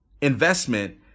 investment